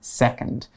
second